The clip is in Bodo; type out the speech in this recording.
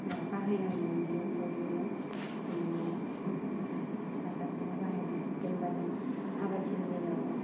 बाहायनांगौ बिदिनो बयबो न'आव मोसौनि हासारखौनो बाहायनांगौ जेनेबा जों आबादथिलिआव